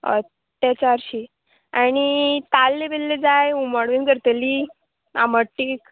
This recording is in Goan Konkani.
हय ते चारशीं आनी ताल्ले बिल्ले जाय हुमण बीन करतली आमट तीक